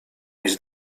mieć